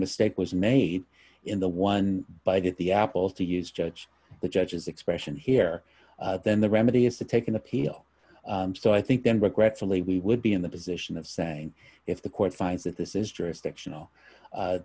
mistake was made in the one bite at the apple to use judge the judge's expression here then the remedy is to take an appeal so i think then regretfully we would be in the position of saying if the court